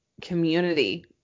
community